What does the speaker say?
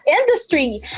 industry